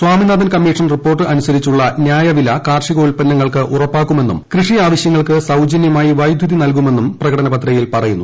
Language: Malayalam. സ്വാമിനാഥൻ കമ്മീഷൻ റിപ്പോർട്ട് അനുസരിച്ചുള്ള ന്യായവില കാർഷികോൽപ്പനങ്ങൾക്ക് ഉറപ്പാക്കുമെന്നും കൃഷി ആവശ്യങ്ങൾക്ക് സൌജന്യമായി വൈദ്യുതി നൽകുമെന്നും പ്രകടന പത്രികയിൽ പറയുന്നു